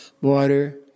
water